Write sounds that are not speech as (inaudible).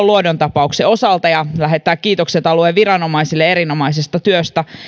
(unintelligible) luodon tapauksen osalta ja lähettää kiitokset alueen viranomaisille erinomaisesta työstä